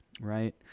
right